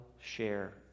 share